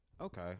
Okay